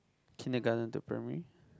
kindergarten to primary